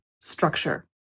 structure